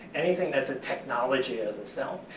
anything that's a technology of the self,